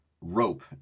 rope